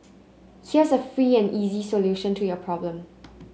here's a free and easy solution to your problem